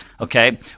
okay